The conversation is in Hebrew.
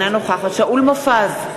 אינה נוכחת שאול מופז,